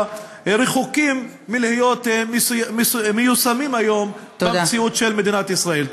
רחוקים מלהיות מיושמים היום במציאות של מדינת ישראל.